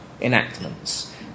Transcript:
enactments